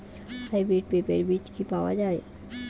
Hybrid পেঁপের বীজ কি পাওয়া যায়?